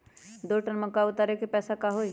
दो टन मक्का उतारे के पैसा का होई?